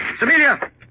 Amelia